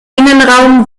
innenraum